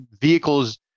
vehicles